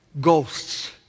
ghosts